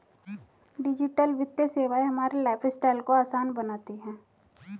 digital वित्तीय सेवाएं हमारे लाइफस्टाइल को आसान बनाती हैं